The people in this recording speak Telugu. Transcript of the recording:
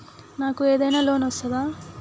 నాకు ఏదైనా లోన్ వస్తదా?